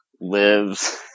lives